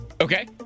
Okay